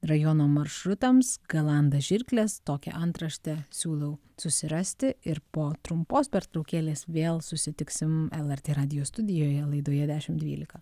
rajono maršrutams galanda žirkles tokią antraštę siūlau susirasti ir po trumpos pertraukėlės vėl susitiksim lrt radijo studijoje laidoje dešim dvylika